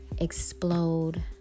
explode